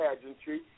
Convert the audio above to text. pageantry